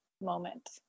moment